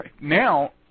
Now